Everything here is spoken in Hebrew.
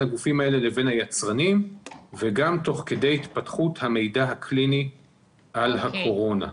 הגופים האלה לבין היצרנים וגם תוך כדי התפתחות המידע הקליני על הקורונה.